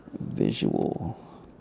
visual